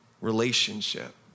relationship